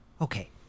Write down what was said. Okay